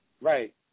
Right